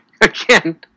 Again